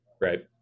Right